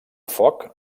foc